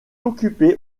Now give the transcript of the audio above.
occupé